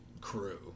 crew